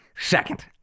Second